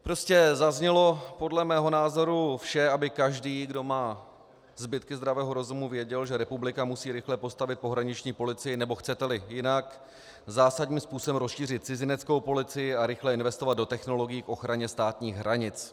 Prostě zaznělo podle mého názoru vše, aby každý, kdo má zbytky zdravého rozumu, věděl, že republika musí rychle postavit pohraniční policii, nebo chceteli jinak, zásadním způsobem rozšířit cizineckou policii a rychle investovat do technologií k ochraně státních hranic.